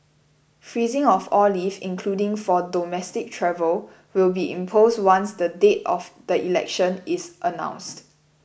freezing of all leave including for domestic travel will be imposed once the date of the election is announced